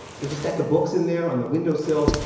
there's a stack of books in there on the window sill.